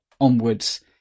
onwards